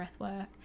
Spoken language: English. breathwork